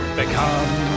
become